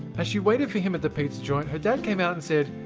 as she waited for him at the pizza joint, her dad came out and said,